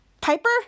Piper